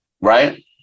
right